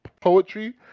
poetry